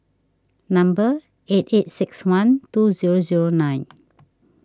number eight eight six one two zero zero nine